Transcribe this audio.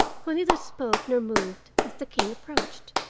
who neither spoke nor moved as the king approached,